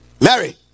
Mary